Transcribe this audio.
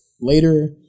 later